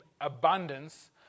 abundance